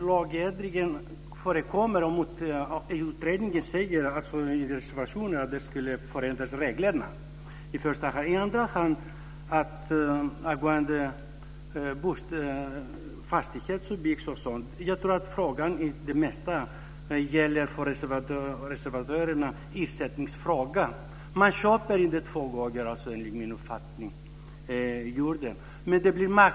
Fru talman! Ja, ordet lagändring förekommer. Det sägs i reservationen att i första hand ska reglerna ändras, i andra hand handlar det om fastighetsköp som sådant. Jag tror att frågan för reservanterna för det mesta gäller ersättningen. Man köper inte två gånger enligt min uppfattning.